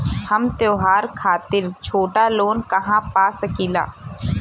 हम त्योहार खातिर छोटा लोन कहा पा सकिला?